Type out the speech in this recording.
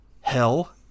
hell